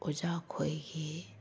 ꯑꯣꯖꯥꯈꯣꯏꯒꯤ